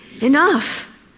Enough